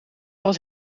was